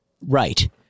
Right